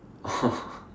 oh